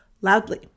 loudly